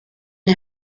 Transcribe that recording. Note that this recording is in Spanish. una